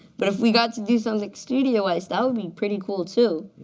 but if we got to do something studio wise. that would be pretty cool, too.